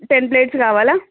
ten plates కావాలా